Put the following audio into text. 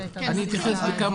אהלן וסהלן,